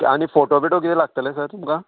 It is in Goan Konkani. आनी फोटो बिटो किदें लागतले सर तुमकां